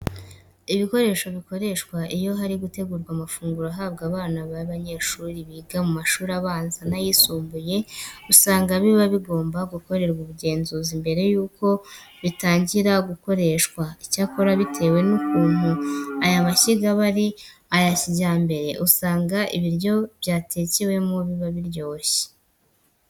Ibikoresho bikoreshwa iyo hari gutegurwa amafunguro ahabwa abana b'abanyeshuri biga mu mashuri abanza n'ayisumbuye usanga biba bigomba gukorerwa ubugenzuzi mbere yuko bitangira gukoreshwa. Icyakora bitewe n'ukuntu aya mashyiga aba ari ayakijyambere, usanga ibiryo byatekewemo biba biryoshye.